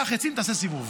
קח עצים, תעשה סיבוב,